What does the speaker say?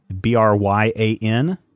B-R-Y-A-N